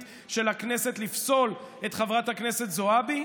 של הכנסת לפסול את חברת הכנסת זועבי.